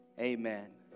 amen